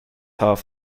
half